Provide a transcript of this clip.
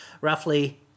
roughly